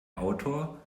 autor